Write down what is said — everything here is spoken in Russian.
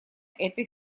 этой